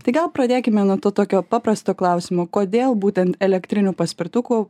tai gal pradėkime nuo to tokio paprasto klausimo kodėl būtent elektriniu paspirtuku